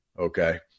okay